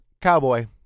cowboy